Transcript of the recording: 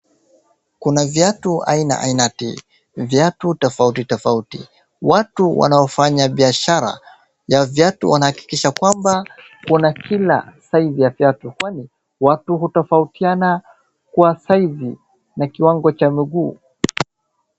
Kuna viatu aina ainati, viatu tofauti tofauti. Watu wanaofanya biashara ya viatu wanahakikisha kwamba kuna kila size ya viatu kwani watu hutofautiana kwa size na kiwango cha miguu.